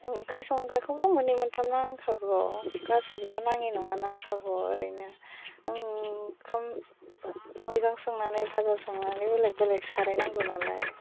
ओंख्रि संग्राखौथ' मोननै मोनथाम नांखागौ गासैखौबो नाङै नङा नांखागौ ओरैनो ओंखाम मैगं संनानै फाजा संनानै बेलेग बेलेग साराइ नांगौ नालाय